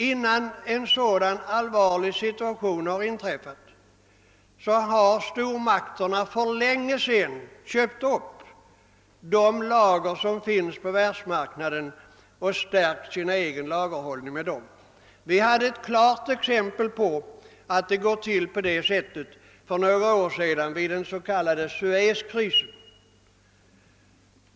Innan en sådan allvarlig situation har inträffat har stormakterna för länge sedan köpt upp de lager som finns på världsmarknaden och stärkt sin egen lagerhållning med dem. Vi hade ett klart exempel på att det går till på det sättet för några år sedan vid den s.k. Suez-krisen.